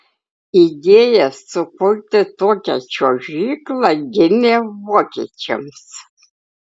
idėja sukurti tokią čiuožyklą gimė vokiečiams